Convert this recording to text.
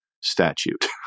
statute